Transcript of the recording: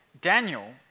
Daniel